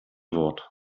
wort